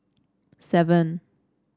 seven